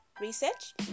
research